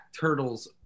turtles